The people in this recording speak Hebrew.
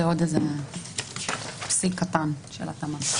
זה עוד איזה פסיק קטן של התאמה.